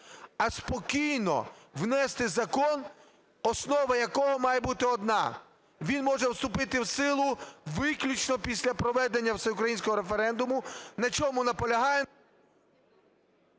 а спокійно внести закон, основа якого має бути одна: він може вступити в силу виключно після проведення всеукраїнського референдуму. На чому наполягаємо…